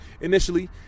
Initially